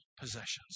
possessions